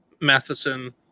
Matheson